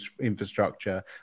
infrastructure